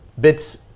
bits